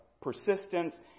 persistence